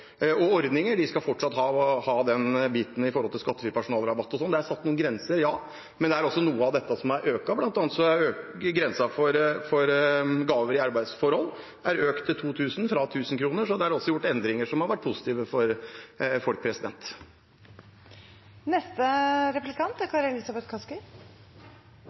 og ordninger, fortsatt skal ha det med hensyn til skattefri personalrabatt. Det er satt noen grenser, men det er også noe av dette som har økt, bl.a. er grensen for gaver i arbeidsforhold økt fra 1 000 kr til 2 000 kr. Så det er også gjort endringer som har vært positive for folk.